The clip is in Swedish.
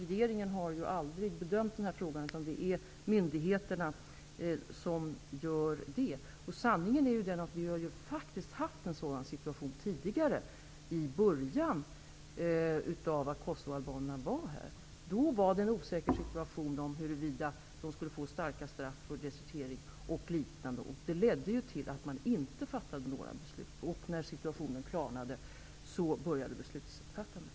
Regeringen har ju aldrig bedömt den här frågan. Det är myndigheterna som gör det. Sanningen är den att vi faktiskt har haft en sådan här situation tidigare. I början när kosovoalbanerna var här var det osäkert om huruvida de skulle få hårda straff för desertering osv. Det ledde till att man inte fattade några beslut. När situationen klarnade började beslutsfattandet.